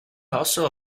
also